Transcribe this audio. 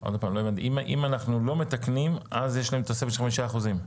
אם אנחנו לא מתקנים, אז יש להם תוספת של 5%?